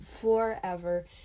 forever